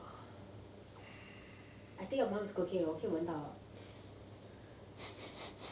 I think your mum is cooking 我可以闻到